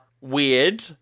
weird